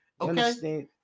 Okay